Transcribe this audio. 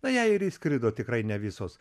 o jei ir išskrido tikrai ne visos